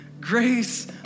grace